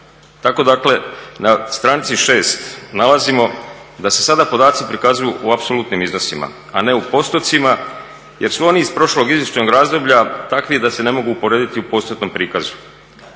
Tako dakle na stranici 6. nalazimo da se sada podaci prikazuju u apsolutnim iznosima, a ne u postocima jer su oni iz prošlog izvještajnog razdoblja takvi da se ne mogu usporediti u postotnom prikazu.